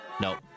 Nope